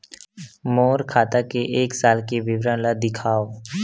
मोर खाता के एक साल के विवरण ल दिखाव?